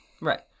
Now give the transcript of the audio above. Right